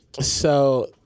So-